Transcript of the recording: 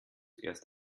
erst